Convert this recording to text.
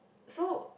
so